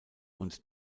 und